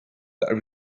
that